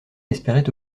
espérait